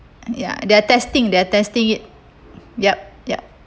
ya they are testing they are testing it yup yup